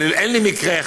אין לי מקרה,